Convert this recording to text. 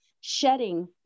shedding